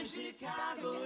Chicago